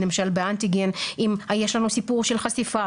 למשל באנטיגן אם יש לנו סיפור של חשיפה,